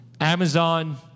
Amazon